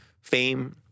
fame